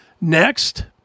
Next